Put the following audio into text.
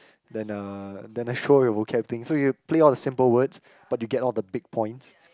then a then a show with vocab thing so you play all the simple words but you get all the big points